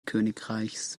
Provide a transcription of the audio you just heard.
königreichs